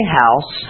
house